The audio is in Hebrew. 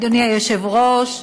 אדוני היושב-ראש,